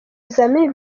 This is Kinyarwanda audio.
ibizamini